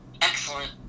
excellent